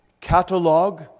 catalog